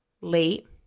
late